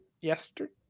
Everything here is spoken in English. yesterday